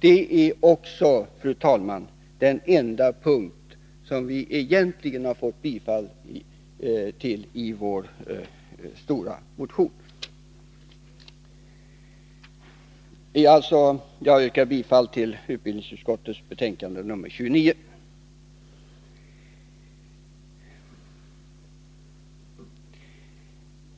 Det är också, fru talman, egentligen den enda punkt som vi får bifall till i vår stora motion. Jag yrkar alltså bifall till hemställan i utbildningsutskottets betänkande 29.